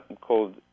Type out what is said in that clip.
called